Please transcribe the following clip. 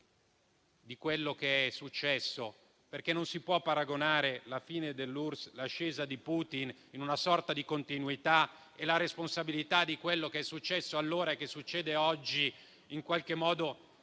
di quello che è successo: non si può paragonare la fine dell'URSS e l'ascesa di Putin in una sorta di continuità e attribuire la responsabilità di quello che è successo allora e che succede oggi in qualche modo